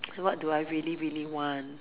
so what do I really really want